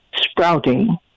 sprouting